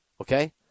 okay